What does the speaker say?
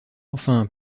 enfin